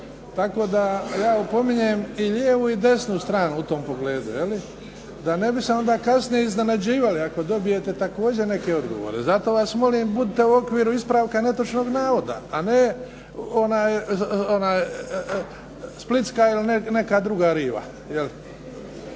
Tako da ja opominjem i lijevu i desnu stranu u tom pogledu, da ne bi se onda kasnije iznenađivali, ako dobijete također neke odgovore. Zato vas molim budite u okviru ispravka netočnog navoda, a ne splitska ili neka druga riva.